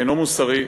אינו מוסרי,